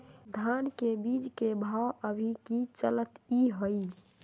धान के बीज के भाव अभी की चलतई हई?